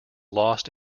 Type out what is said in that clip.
lost